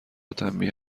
تنبیه